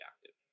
active